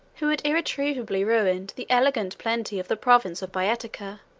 who had irretrievably ruined the elegant plenty of the province of boetica.